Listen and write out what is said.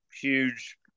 huge